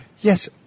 yes